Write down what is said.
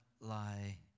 lie